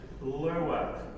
lower